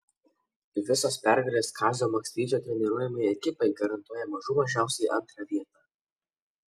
visos pergalės kazio maksvyčio treniruojamai ekipai garantuoja mažų mažiausiai antrą vietą